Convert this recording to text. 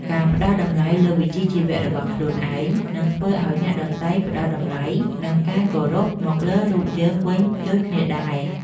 ការផ្ដល់តម្លៃលើវិជ្ជាជីវៈរបស់ខ្លួនឯងនឹងធ្វើឱ្យអ្នកដទៃផ្ដល់តម្លៃ និងការគោរពមកលើរូបយើងវិញដូចគ្នាដែរ។